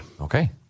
Okay